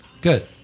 Good